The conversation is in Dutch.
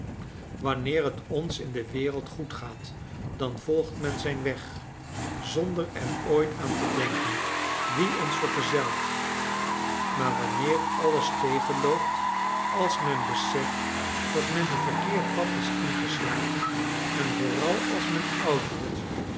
wanneer het ons in de wereld goed gaat dan volgt men zijn weg zonder er ooit aan te denken wie ons vergezelt maar wanneer alles tegenloopt als men beseft dat men een verkeerd pad is ingeslagen en vooral als men oud wordt